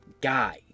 guy